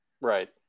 Right